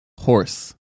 horse